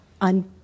on